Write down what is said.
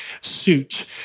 suit